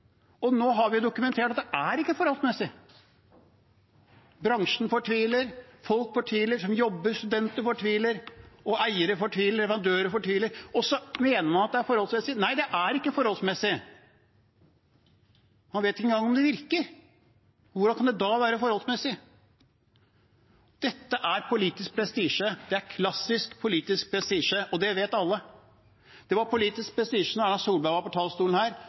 og nå har vi dokumentert at det ikke er forholdsmessig. Bransjen fortviler, folk som jobber, fortviler, studenter fortviler, eiere fortviler, leverandører fortviler, og så mener man at det er forholdsmessig. Nei, det er ikke forholdsmessig. Man vet ikke engang om det virker. Hvordan kan det da være forholdsmessig? Dette er politisk prestisje. Det er klassisk politisk prestisje, og det vet alle. Det var politisk prestisje da Erna Solberg var på talerstolen her